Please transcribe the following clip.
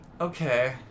okay